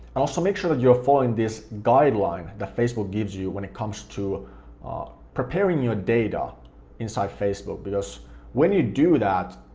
and also make sure that you're following this guideline that facebook gives you when it comes to preparing your data inside facebook, because when you do that,